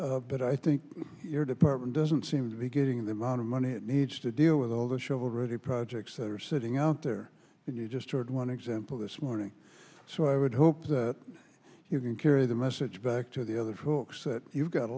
department but i think your department doesn't seem to be getting the amount of money it needs to deal with all the shovel ready projects that are sitting out there and you just heard one example this morning so i would hope that you can carry the message back to the other folks that you've got a